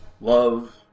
love